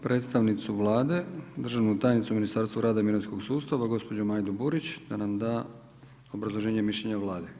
Pozivam predstavnicu Vlade, državnu tajnicu u Ministarstvu rada i mirovinskog sustava gospođu Majdu Burić da nam da obrazloženje i mišljenje Vlade.